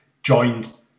joined